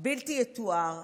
בלתי יתואר,